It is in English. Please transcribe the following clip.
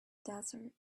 desert